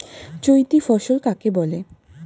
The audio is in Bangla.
চৈতি ফসল কাকে বলে?